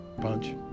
punch